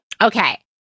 Okay